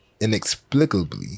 inexplicably